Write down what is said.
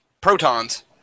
Protons